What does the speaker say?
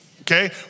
Okay